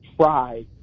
try